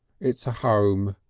it's a home.